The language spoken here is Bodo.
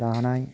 दानाय